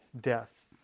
death